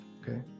okay